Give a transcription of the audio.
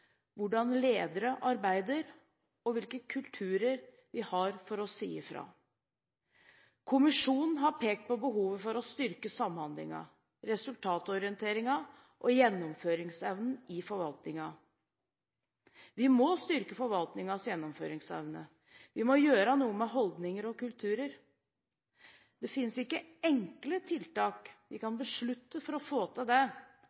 hvordan ledere arbeider, og hvilken kultur vi har for å si ifra. Kommisjonen har pekt på behovet for å styrke samhandlingen, resultatorienteringen og gjennomføringsevnen i forvaltningen. Vi må styrke forvaltningens gjennomføringsevne, og vi må gjøre noe med holdninger og kulturer. Det finnes ikke enkle tiltak vi kan beslutte for å få til det.